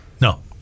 no